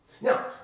Now